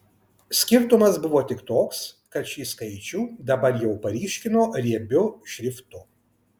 skirtumas buvo tik toks kad šį skaičių dabar jau paryškino riebiu šriftu